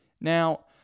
Now